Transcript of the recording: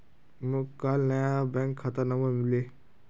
मोक काल नया बैंक खाता नंबर मिलबे